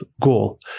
goal